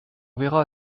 verra